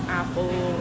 apple